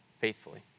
faithfully